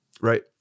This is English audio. Right